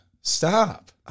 Stop